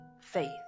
faith